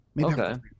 okay